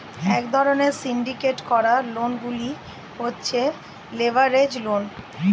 এক ধরণের সিন্ডিকেট করা লোন গুলো হচ্ছে লেভারেজ লোন